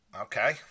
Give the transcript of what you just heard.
Okay